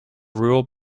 rule